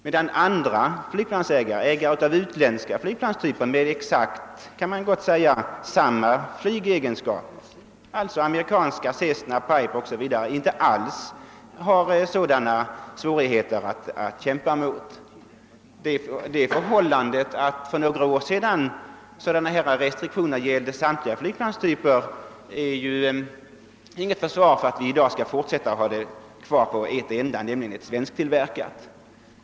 Ägare av flygplan av utländska typer med exakt samma flygegenskaper, t.ex. de amerikanska typerna Cessna och Piper, har inte alls sådana svårigheter att kämpa mot. Det förhållandet att restriktioner av samma slag gällde för samtliga flygplanstyper för några år sedan kan ju inte anföras som försvar för att förbudet i dag skall bibehållas för en enda, svensktillverkad, flygplanstyp.